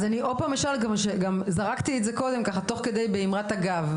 אז אני עוד הפעם אשאל וגם זרקתי את זה קודם ככה תוך כדי באמרת אגב,